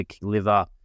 liver